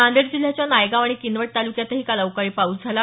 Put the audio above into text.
नांदेड जिल्ह्याच्या नायगाव आणि किनवट तालुक्यातही काल अवकाळी पाऊस झाला